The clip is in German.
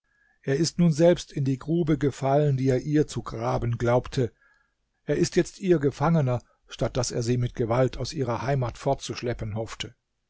er ist nun selbst in die grube gefallen die er ihr zu graben glaubte er ist jetzt ihr gefangener statt daß er sie mit gewalt aus ihrer heimat fortzuschleppen hoffte